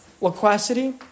loquacity